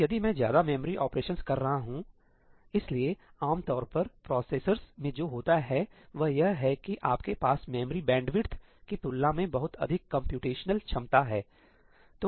तो यदि मैं ज्यादा मेमोरी ऑपरेशंस कर रहा हूं इसलिए आम तौर पर प्रोसेसर में जो होता है वह यह है कि आपके पास मेमोरी बैंडविड्थ की तुलना में बहुत अधिक कम्प्यूटेशनल क्षमता है